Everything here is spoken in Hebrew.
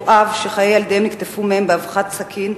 אב שחיי ילדיהם נקטפו מהם באבחת סכין,